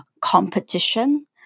competition